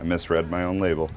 i misread my own label